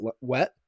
wet